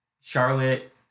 Charlotte